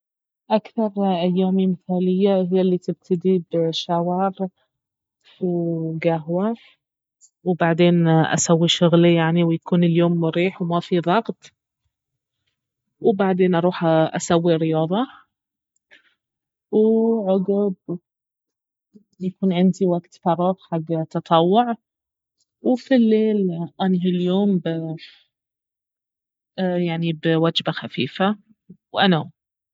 اكثر ايامي مثالية اهي الي تبتدي بشاور وقهوة وبعدين اسوي شغلي يعني ويكون اليوم مريح وما في ضغط وبعدين اروح اسوي رياضة وعقب يكون عندي وقت فراغ حق التطوع وفي الليل انهي اليوم ب يعني وجبة خفيفة وانام